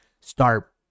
start